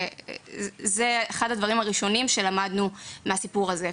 זה אחד הדברים הראשונים שלמדנו מהסיפור הזה.